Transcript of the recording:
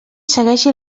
segueixi